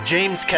James